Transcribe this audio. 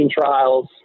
trials